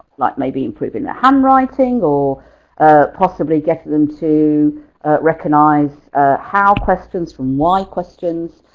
like maybe improving hand writing or possibly get them to recognize how questions from why questions.